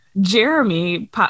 jeremy